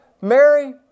Mary